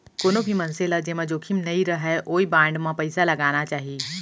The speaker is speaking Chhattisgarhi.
कोनो भी मनसे ल जेमा जोखिम नइ रहय ओइ बांड म पइसा लगाना चाही